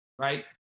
right